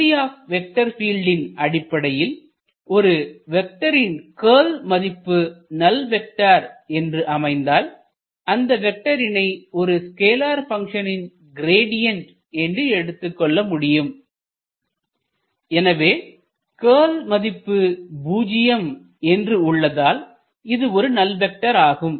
theory of vector பீல்டின் அடிப்படையில் ஒரு வெக்டரின் க்கல் மதிப்பு நல் வெக்டர் என்று அமைந்தால் அந்த வெக்டரினை ஒரு ஸ்கேலார் பங்க்ஷனின் கிரேட்டியண்ட் என்று எடுத்துக்கொள்ள முடியும் எனவே க்கல் மதிப்பு பூஜ்யம் என்று உள்ளதால் இது ஒரு நல் வெக்டர் ஆகும்